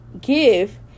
give